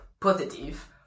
positive